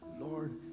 Lord